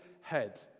head